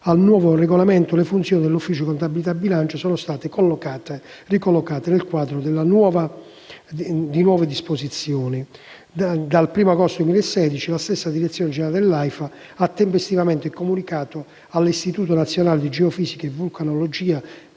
al nuovo regolamento, le funzioni dell'ufficio contabilità e bilancio sono state ricollocate nel quadro delle nuove disposizioni. In data 1° agosto 2016 la stessa direzione generale di AIFA ha tempestivamente comunicato all'Istituto nazionale di geofisica e vulcanologia,